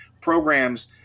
programs